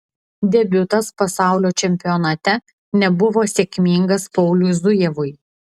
debiutas pasaulio čempionate nebuvo sėkmingas pauliui zujevui